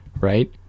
right